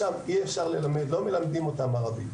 שם לא מלמדים ערבית.